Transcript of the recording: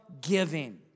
giving